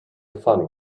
funny